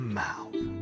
mouth